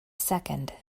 second